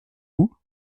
vous